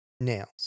nails